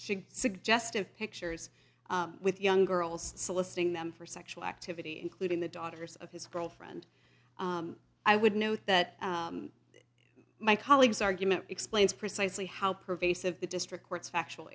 she suggestive pictures with young girls soliciting them for sexual activity including the daughters of his girlfriend i would note that my colleague's argument explains precisely how pervasive the district court's factual